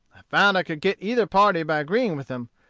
i found i could get either party by agreeing with them.